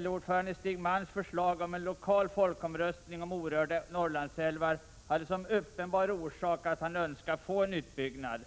LO-ordföranden Stig Malms förslag om en lokal folkomröstning om orörda Norrlandsälvar hade som uppenbar orsak att han önskar få en utbyggnad.